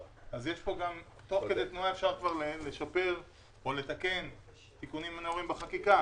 אז תוך כדי תנועה אפשר לתקן תיקונים בחקיקה,